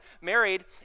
married